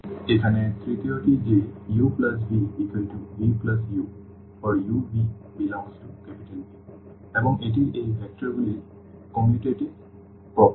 সুতরাং এখানে তৃতীয়টি যে uvvu for uv∈V এবং এটি এই ভেক্টরগুলির কমিউটেটিভ বৈশিষ্ট্য